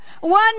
One